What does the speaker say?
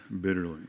bitterly